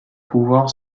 pouvoir